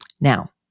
Now